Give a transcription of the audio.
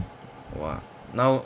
!wah! now